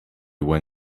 when